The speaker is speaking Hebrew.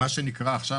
עכשיו,